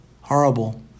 Horrible